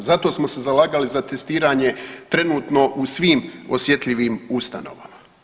Zato smo se zalagali za testiranje trenutno u svim osjetljivim Ustanovama.